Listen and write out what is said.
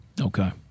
Okay